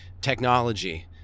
technology